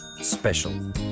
special